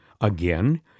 Again